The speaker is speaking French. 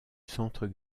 centre